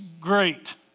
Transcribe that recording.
great